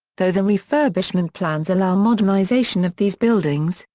though the refurbishment plans allow modernisation of these buildings,